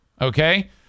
okay